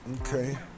Okay